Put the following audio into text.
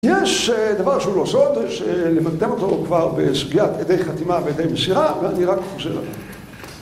יש, אה... דבר שהוא לא עושה אותו, יש למדתם אותו כבר בשביעת עדי חתימה ועדי משאירה, ואני רק חושב על זה.